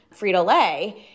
Frito-Lay